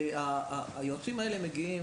היועצים האלה מגיעים,